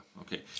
Okay